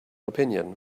opinion